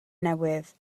newydd